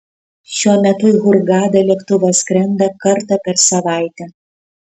šiuo metu į hurgadą lėktuvas skrenda kartą per savaitę